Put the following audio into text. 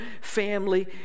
family